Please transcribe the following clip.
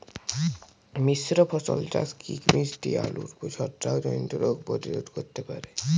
মিশ্র ফসল চাষ কি মিষ্টি আলুর ছত্রাকজনিত রোগ প্রতিরোধ করতে পারে?